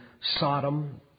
Sodom